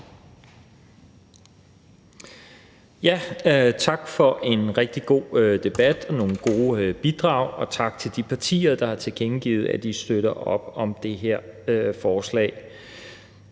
Tak for en rigtig god debat og nogle gode bidrag, og tak til de partier, der har tilkendegivet, at de støtter op om det her forslag.